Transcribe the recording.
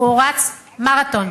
הוא רץ מרתון.